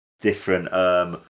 different